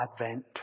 Advent